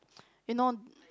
you know